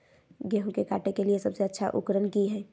गेहूं के काटे के लिए सबसे अच्छा उकरन की है?